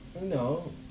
No